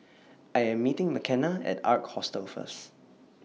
I Am meeting Mckenna At Ark Hostel First